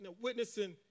witnessing